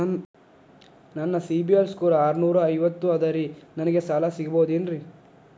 ನನ್ನ CIBIL score ಆರನೂರ ಐವತ್ತು ಅದರೇ ನನಗೆ ಸಾಲ ಸಿಗಬಹುದೇನ್ರಿ?